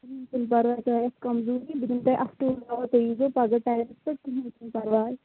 کِہیٖنۍ چھُنہٕ پَرواے تۄہہِ آسہِ کَمزوٗی بہٕ دِمہٕ تۄہہِ اَصۭل دوا تُہۍ ییٖزیو پَگاہ ٹایمَس پٮ۪ٹھ کِہیٖنۍ چھُنہٕ پَرواے